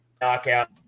knockout